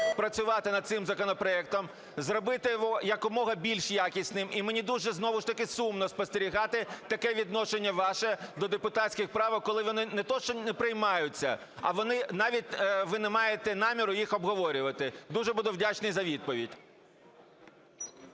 працювати над цим законопроектом, зробити його якомога більш якісним. І мені дуже знову ж таки сумно спостерігати таке відношення ваше до депутатських правок, коли вони не те, що не приймаються, а вони навіть… ви не маєте наміру їх обговорювати. Дуже буду вдячний за відповідь.